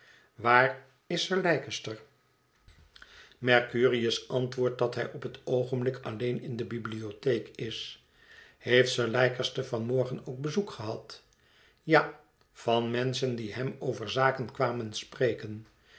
waar is sir leicester mercurius antwoordt dat hij op het oogenblik alleen in de bibliotheek is heeft sir leicester van morgen ook bezoek gehad ja van menschen die hem over zaken kwamen spreken